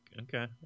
Okay